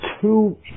two